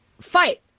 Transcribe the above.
fight